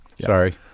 sorry